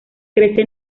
crece